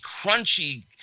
crunchy